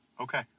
okay